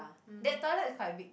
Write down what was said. that toilet is quite big